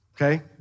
okay